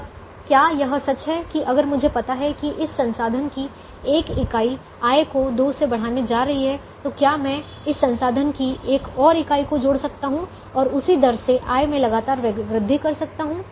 अब क्या यह सच है कि अगर मुझे पता है कि इस संसाधन की 1 इकाई आय को 2 से बढ़ाने जा रही है तो क्या मैं इस संसाधन की 1 और इकाई को जोड़ सकता हूं और उसी दर से आय में लगातार वृद्धि कर सकता हूं